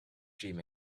dream